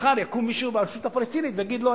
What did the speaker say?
מחר יקום מישהו ברשות הפלסטינית ויגיד: לא,